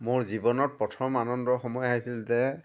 মোৰ জীৱনত প্ৰথম আনন্দৰ সময় আহিছিল যে